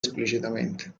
esplicitamente